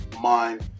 mind